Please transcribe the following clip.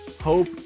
hope